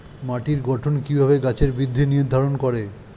মাটির গঠন কিভাবে গাছের বৃদ্ধি নির্ধারণ করে?